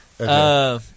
Okay